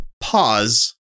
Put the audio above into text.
pause